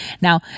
Now